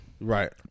right